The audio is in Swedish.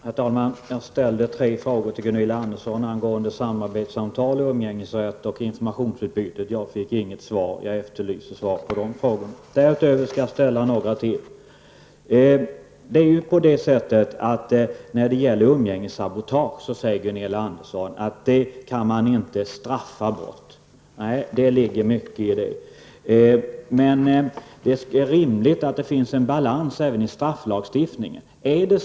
Herr talman! Jag ställde tre frågor till Gunilla Andersson angående samarbetssamtal, umgängesrätt och informationsutbyte. Jag fick inget svar på någon av dem och efterlyser därför ett sådant. Därutöver skall jag ställa ytterligare några frågor. Gunilla Andersson säger att man inte kan straffa bort umgängessabotage. Nej, det ligger mycket i det. Men det är rimligt att det finns en balans även i strafflagstiftningen.